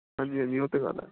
ਹਾਂਜੀ ਹਾਂਜੀ ਉਹ ਤਾਂ ਗੱਲ ਹੈ